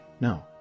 No